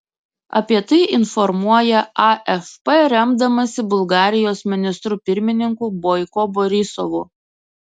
apie tai informuoja afp remdamasi bulgarijos ministru pirmininku boiko borisovu